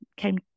came